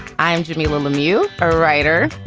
i am jamilah lemieux, a writer,